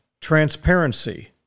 transparency